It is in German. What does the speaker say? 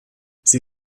sie